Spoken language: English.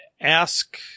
ask